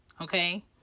okay